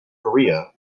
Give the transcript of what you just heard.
korea